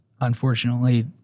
Unfortunately